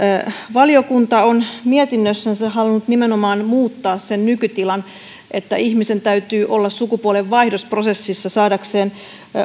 valiokunta on mietinnössänsä halunnut nimenomaan muuttaa sen nykytilan että ihmisen täytyy olla sukupuolenvaihdosprosessissa saadakseen